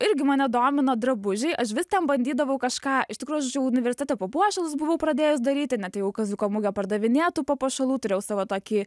irgi mane domina drabužiai aš vis bandydavau kažką iš tikųjų aš universitete papuošalus buvau pradėjus daryti ne tai jau kaziuko mugę pardavinėt tų papuošalų turėjau savo tokį